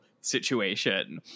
situation